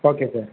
okay sir